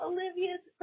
Olivia's